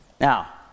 Now